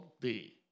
day